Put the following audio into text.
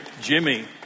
Jimmy